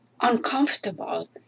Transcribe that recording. uncomfortable